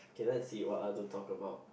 okay let's see what other talk about